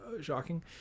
Shocking